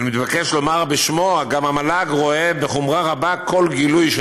אני מבקש לומר בשמו שגם המל"ג רואה בחומרה רבה כל גילוי של